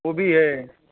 वह भी है